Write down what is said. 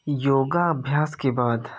योगाभ्यास के बाद